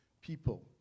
people